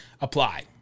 apply